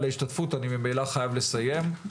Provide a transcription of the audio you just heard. אני חייב לסיים.